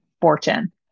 fortune